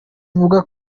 ivuga